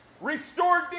Restored